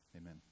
Amen